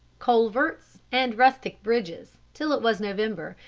culverts, and rustic bridges, till it was november,